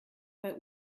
bei